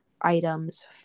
items